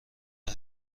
راه